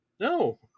No